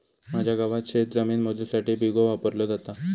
माझ्या गावात शेतजमीन मोजुसाठी बिघो वापरलो जाता